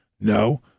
no